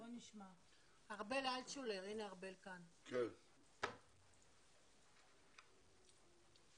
יש לנו ב-זום את ארבל אלטשולר מאגף החשב הכללי.